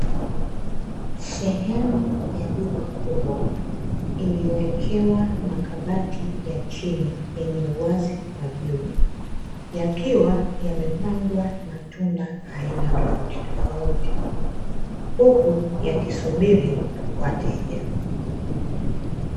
Sehemu ya duka kubwa iliyowekewa makabati ya chini yenye uwazi kwa juu, yakiwa yamepangwa matunda aina tofauti tofauti huku yakisubiri wateja.